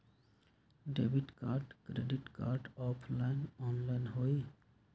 Debit card credit card offline online होई?